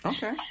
Okay